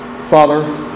Father